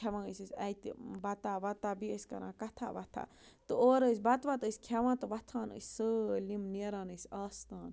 کھٮ۪وان ٲسۍ أسۍ اَتہِ بَتا وَتا بیٚیہِ ٲسۍ کَران کَتھا وتھا تہٕ اورٕ ٲسۍ بَتہٕ وَتہٕ ٲسۍ کھٮ۪وان تہٕ وۄتھان ٲسۍ سٲلِم نیران ٲسۍ آستان